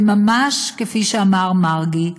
וממש כפי שאמר מרגי,